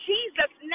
Jesus